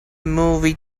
movie